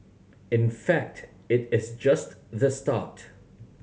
in fact it is just the start